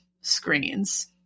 screens